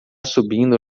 subindo